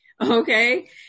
okay